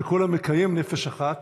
וכל המקיים נפש אחת,